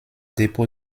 dépôt